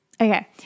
Okay